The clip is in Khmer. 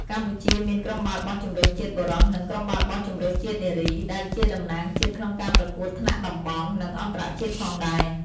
កម្ពុជាមាន ក្រុមបាល់បោះជម្រើសជាតិបុរស និង ក្រុមបាល់បោះជម្រើសជាតិនារី ដែលជាតំណាងជាតិក្នុងការប្រកួតថ្នាក់តំបន់ និងអន្តរជាតិផងដែរ។